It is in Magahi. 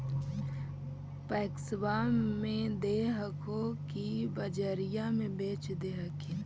पैक्सबा मे दे हको की बजरिये मे बेच दे हखिन?